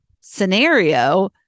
scenario